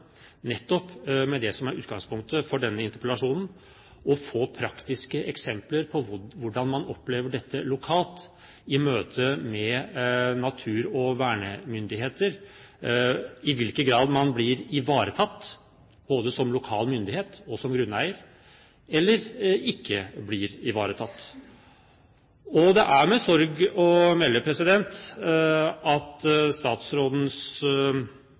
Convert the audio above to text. nettopp om det som er utgangspunktet for denne interpellasjonen, for å få praktiske eksempler på hvordan man opplever dette lokalt i møte med natur- og vernemyndigheter, i hvilken grad man blir ivaretatt både som lokal myndighet og som grunneier, eller ikke blir ivaretatt. Det er med sorg å melde at statsrådens